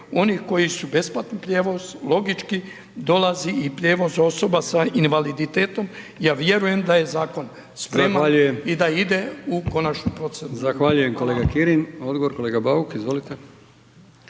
onih koji su besplatni prijevoz, logički dolazi i prijevoz osoba sa invaliditetom, ja vjerujem da je zakon spreman i da ide u konačnom